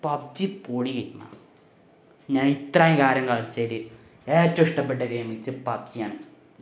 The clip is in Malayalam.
പബ്ജി പൊളി ഞാനിത്രയും കാലം കളിച്ചതിൽ ഏറ്റവും ഇഷ്ടപ്പെട്ട ഗൈയിമെന്നു വെച്ചാൽ പബ്ജിയാണ്